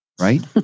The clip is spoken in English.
right